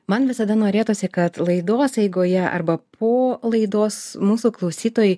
man visada norėtųsi kad laidos eigoje arba po laidos mūsų klausytojai